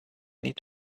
need